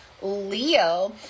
Leo